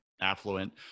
affluent